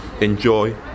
enjoy